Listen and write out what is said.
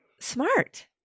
smart